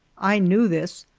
i knew this,